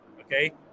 okay